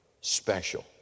special